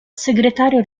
segretario